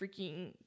freaking